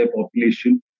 population